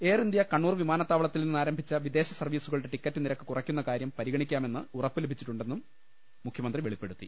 air India Kannur വിമാനത്താവളത്തിൽ നിന്ന് ആരംഭിച്ച വിദേശ സർവ്വീസുകളുടെ ടിക്കറ്റ് നിരക്ക് കുറയ്ക്കുന്ന കാര്യം പരിഗണിക്കാമെന്ന് ഉറപ്പു ലഭിച്ചിട്ടുണ്ടെന്ന് മുഖ്യമന്ത്രി കുറ്റപ്പെ ടുത്തി